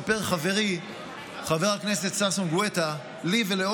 סיפר חברי חבר הכנסת ששון גואטה לי ולעוד